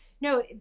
no